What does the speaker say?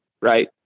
right